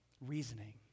reasoning